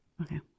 Okay